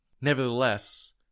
Nevertheless